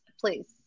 please